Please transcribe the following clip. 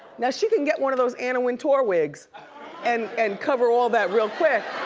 now she can get one of those anna wintour wigs and and cover all that real quick.